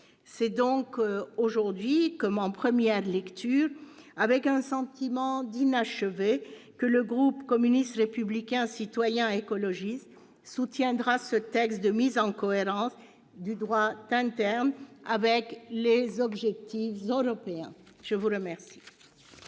C'est donc, comme en première lecture, avec un sentiment d'inachevé, que le groupe communiste républicain citoyen et écologiste soutiendra ce texte de mise en cohérence du droit interne avec les objectifs européens. La parole